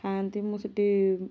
ଖାଆନ୍ତି ମୁଁ ସେଠି